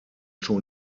schon